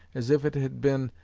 as if it had been,